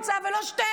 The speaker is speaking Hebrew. לא הוא נמצא ולא שתיהן.